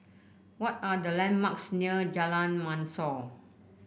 what are the landmarks near Jalan Mashor